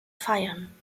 feiern